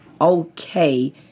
okay